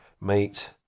meet